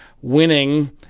winning